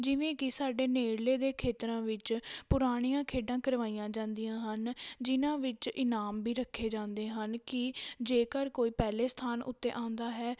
ਜਿਵੇਂ ਕਿ ਸਾਡੇ ਨੇੜਲੇ ਦੇ ਖੇਤਰਾਂ ਵਿੱਚ ਪੁਰਾਣੀਆਂ ਖੇਡਾਂ ਕਰਵਾਈਆਂ ਜਾਂਦੀਆਂ ਹਨ ਜਿਨ੍ਹਾਂ ਵਿੱਚ ਇਨਾਮ ਵੀ ਰੱਖੇ ਜਾਂਦੇ ਹਨ ਕਿ ਜੇਕਰ ਕੋਈ ਪਹਿਲੇ ਸਥਾਨ ਉੱਤੇ ਆਉਂਦਾ ਹੈ